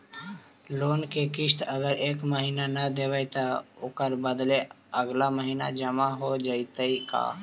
Loan के किस्त अगर एका महिना न देबै त ओकर बदले अगला महिना जमा हो जितै का?